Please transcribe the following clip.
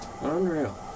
Unreal